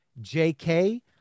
JK